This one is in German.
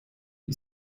die